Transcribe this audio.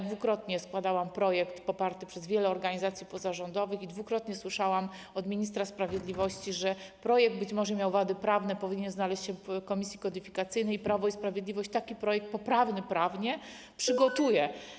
Dwukrotnie składałam projekt poparty przez wiele organizacji pozarządowych i dwukrotnie słyszałam od ministra sprawiedliwości, że projekt być może miał wady prawne, powinien znaleźć się w komisji kodyfikacyjnej i Prawo i Sprawiedliwość taki poprawny prawnie projekt przygotuje.